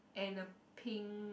and a pink